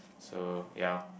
so ya